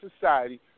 society